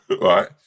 Right